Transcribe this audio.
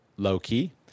low-key